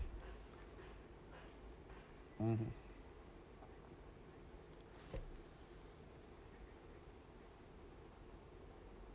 mmhmm